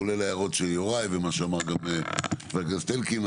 כולל הערות של יוראי ומה שאמר גם חבר הכנס אלקין.